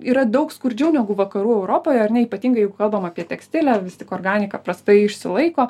yra daug skurdžiau negu vakarų europoje ar ne ypatingai jeigu kalbam apie tekstilę vis tik organika prastai išsilaiko